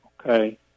okay